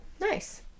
nice